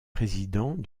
président